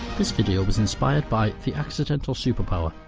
this video was inspired by the accidental superpower,